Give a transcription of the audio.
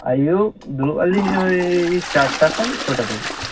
ᱟᱹᱭᱩᱰ ᱫᱩᱲᱩᱵ ᱟ ᱞᱤᱧ ᱳᱭ ᱪᱟᱨᱴᱟ ᱠᱷᱚᱱ ᱪᱷᱚᱴᱟ ᱫᱷᱟ ᱵᱤᱡ